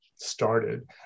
started